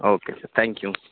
okay sir thank you